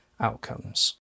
outcomes